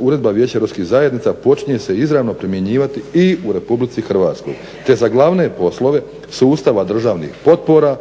uredba Vijeća europskih zajednica počinje se izravno primjenjivati i u Republici Hrvatskoj te za glavne poslove sustava državnih potpora